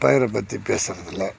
பயிரை பற்றி பேசுகிறதில்ல